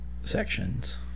sections